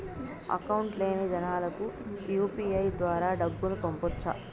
Account లేని జనాలకు UPI ద్వారా డబ్బును పంపొచ్చా?